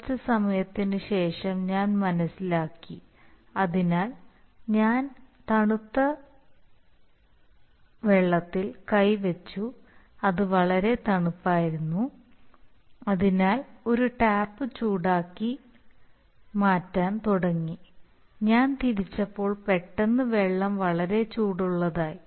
കുറച്ച് സമയത്തിന് ശേഷം ഞാൻ മനസ്സിലാക്കി അതിനാൽ ഞാൻ തണുത്ത വെള്ളത്തിൽ കൈ വച്ചു അത് വളരെ തണുപ്പായിരുന്നു അതിനാൽ ഒരു ടാപ്പ് ചൂടാക്കി മാറ്റാൻ തുടങ്ങി ഞാൻ തിരിച്ചപ്പോൾ പെട്ടെന്ന് വെള്ളം വളരെ ചൂടുള്ളതായി